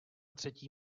třetí